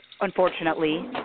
unfortunately